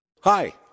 Hi